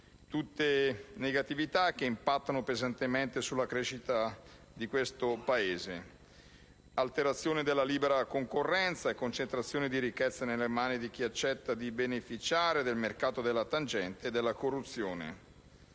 queste negatività impattano pesantemente sulla crescita di questo Paese, determinando l'alterazione della libera concorrenza e la concentrazione di ricchezza nelle mani di chi accetta di beneficiare del mercato della tangente e della corruzione.